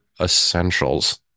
essentials